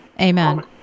Amen